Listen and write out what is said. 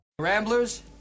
Ramblers